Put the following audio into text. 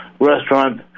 restaurant